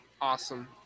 Awesome